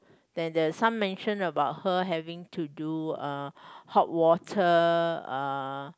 then there's some mention about her having to do uh hot water uh